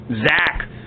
Zach